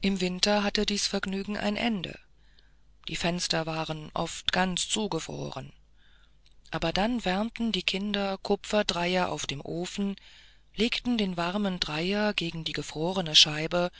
im winter hatte dies vergnügen ein ende die fenster waren oft ganz zugefroren aber dann wärmten die kinder kupferdreier auf dem ofen legten den warmen dreier gegen die gefrorene scheibe